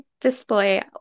display